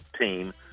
team